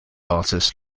artist